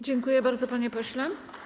Dziękuję bardzo, panie pośle.